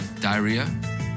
diarrhea